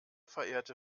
verehrte